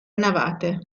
navate